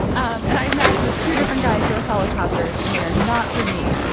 um and i've matched with two different guys who have helicopters and they are not for me.